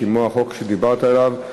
כמו החוק שדיברת עליו,